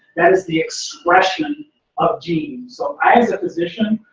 that is the expression of genes. so i as a physician,